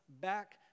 back